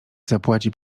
zapłaci